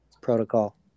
protocol